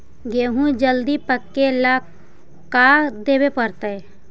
गेहूं जल्दी पके ल का देबे पड़तै?